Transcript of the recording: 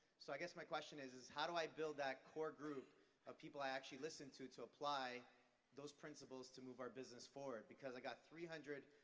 so i guess my question is is how do i build that core group of people i actually listen to, to apply those principles to move our business forward? because i've got three hundred,